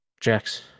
Jax